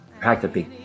practically